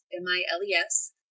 m-i-l-e-s